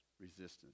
resistance